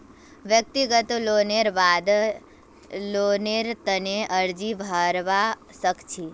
व्यक्तिगत लोनेर बाद लोनेर तने अर्जी भरवा सख छि